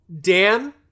Dan